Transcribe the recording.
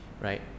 Right